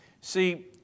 See